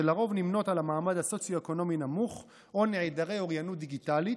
שלרוב נמנות על המעמד הסוציו-אקונומי הנמוך או נעדרי אוריינות דיגיטלית,